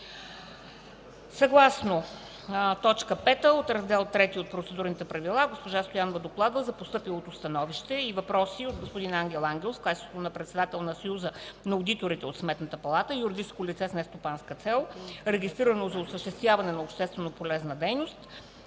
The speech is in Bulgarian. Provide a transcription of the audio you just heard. Съгласно т. 5 от Раздел ІІІ от Процедурните правила госпожа Стоянова докладва за постъпилото становище и въпроси от господин Ангел Ангелов в качеството му на председател на Съюза на одиторите от Сметната палата – юридическо лице с нестопанска цел, регистрирано за осъществяване на обществено полезна дейност.